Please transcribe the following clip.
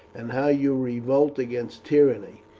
and how you revolt against tyranny.